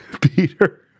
Peter